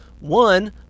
one